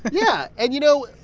yeah. and, you know,